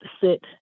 sit